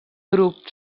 grup